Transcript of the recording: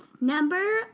Number